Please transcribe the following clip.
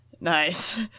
Nice